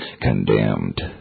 condemned